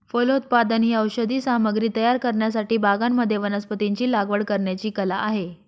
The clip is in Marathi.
फलोत्पादन ही औषधी सामग्री तयार करण्यासाठी बागांमध्ये वनस्पतींची लागवड करण्याची कला आहे